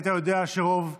היית יודע שרוב שכניו,